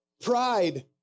Pride